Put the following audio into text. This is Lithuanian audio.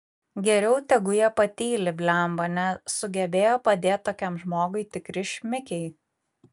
geriau tegu jie patyli blemba nesugebejo padėt tokiam žmogui tikri šmikiai